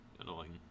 annoying